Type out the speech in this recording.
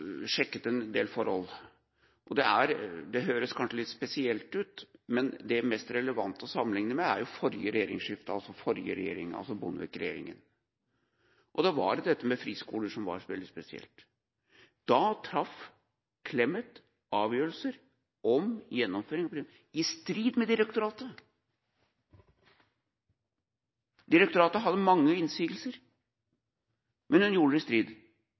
sjekket en del forhold, og det høres kanskje litt spesielt ut, men det mest relevante å sammenligne med er forrige regjeringsskifte, altså etter Bondevik-regjeringa. Da var dette med friskoler veldig spesielt. Da traff tidligere statsråd Clemet avgjørelser om gjennomføring i strid med direktoratet. Direktoratet hadde mange innsigelser, men hun avgjorde det i strid